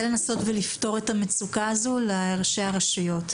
לנסות לפתור את המצוקה הזו לראשי הרשויות.